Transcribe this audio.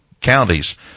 counties